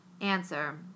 Answer